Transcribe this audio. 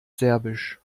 serbisch